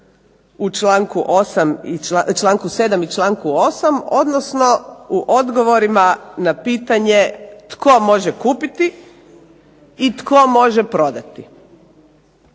u članku 7. i članku 8. odnosno u odgovorima na pitanje tko može kupiti i tko može prodati.